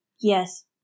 Yes